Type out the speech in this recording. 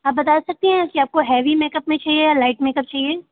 आप बता सकती हैं कि आपको हैवी मेकअप में चाहिए या लाइट मेकअप चाहिए